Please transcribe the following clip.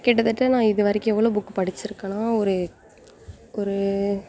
கிட்டத்தட்ட நான் இது வரைக்கும் எவ்வளோ புக் படிச்சு இருக்கன்னா ஒரு ஒரு